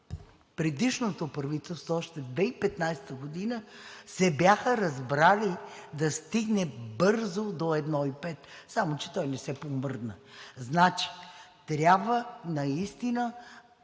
предишното правителство още 2015 г. се бяха разбрали да стигне бързо до 1,5, само че той не се помръдна. Значи, трябва наистина